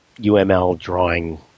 UML-drawing